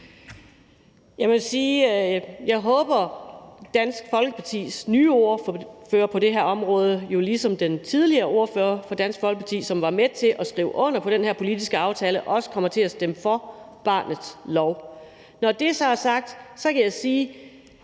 Jeg må sige, at jeg håber, at Dansk Folkepartis nye ordfører på det her område ligesom den tidligere ordfører for Dansk Folkeparti, der var med til at skrive under på den her politiske aftale, også kommer til at stemme for barnets lov. Når det så er sagt, kan jeg sige,